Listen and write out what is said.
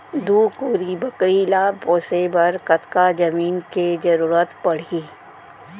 दू कोरी बकरी ला पोसे बर कतका जमीन के जरूरत पढही?